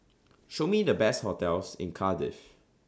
Show Me The Best hotels in Cardiff